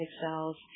cells